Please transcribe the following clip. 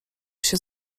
się